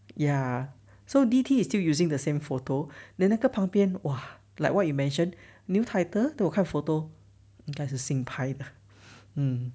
ya so D T is still using the same photo then 那个旁边 !wah! like what you mentioned new title 给我看 photo 应该是新拍的 mm